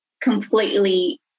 completely